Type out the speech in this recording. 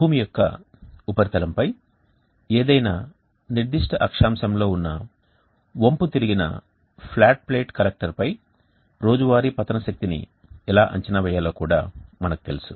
భూమి యొక్క ఉపరితలంపై ఏదైనా నిర్దిష్ట అక్షాంశంలో ఉన్న వంపుతిరిగిన ఫ్లాట్ ప్లేట్ కలెక్టర్పై రోజువారీ పతన శక్తి ని ఎలా అంచనా వేయాలో కూడా మనకు తెలుసు